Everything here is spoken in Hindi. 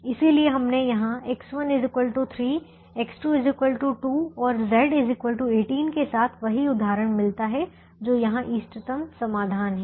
इसलिए हमें यहां X1 3 X2 2 और Z 18 के साथ वही उदाहरण मिलता है जो यहां इष्टतम समाधान है